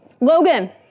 Logan